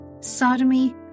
sodomy